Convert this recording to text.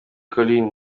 collines